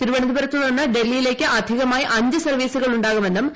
തിരുവനന്തപുരത്ത് നിന്ന് ഡൽഹിയിലേക്ക് അധികമായി അഞ്ച് സർവ്വീസുകൾ ഉണ്ടാകുമെന്നും ശ്രീ